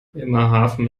bremerhaven